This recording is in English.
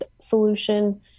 solution